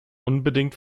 unbedingt